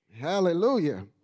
Hallelujah